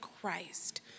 Christ